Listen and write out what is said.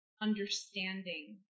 understanding